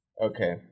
Okay